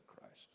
Christ